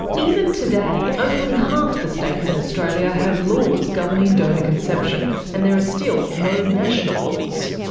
even today, only half the states in australia have laws governing donor conception, and there are still no national laws.